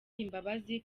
imbabazi